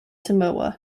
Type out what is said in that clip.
samoa